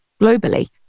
globally